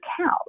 cows